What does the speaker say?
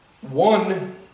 One